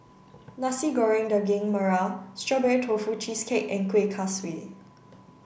Nasi Goreng Daging Merah Strawberry Tofu Cheesecake and Kuih Kaswi